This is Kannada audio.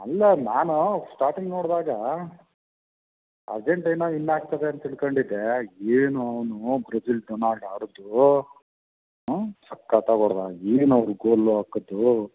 ಅಲ್ಲಾ ನಾನು ಸ್ಟಾರ್ಟಿಂಗ್ ನೋಡಿದಾಗಾ ಅರ್ಜಂಟೈನಾ ವಿನ್ ಆಗ್ತದೆ ಅಂತ ತಿಳ್ಕೊಂಡಿದ್ದೆ ಏನೋ ಅವನು ಬ್ರೆಜಿಲ್ ಡೊನಾಲ್ಡ್ ಆಡಿದ್ದೋ ಸಕ್ಕತಾಗಿ ಹೊಡೆದ ಏನೋ ಅವ್ನು ಗೋಲು ಹಾಕಿದ್ದು